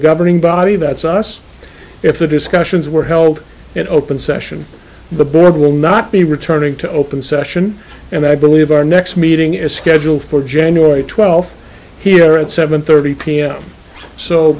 governing body that thus if the discussions were held in open session the board will not be returning to open session and i believe our next meeting is scheduled for january twelfth here at seven thirty pm so